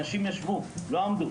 אנשים ישבו ולא עמדו.